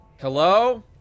hello